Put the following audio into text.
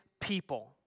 people